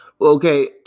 Okay